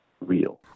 real